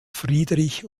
friedrich